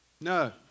No